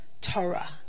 Torah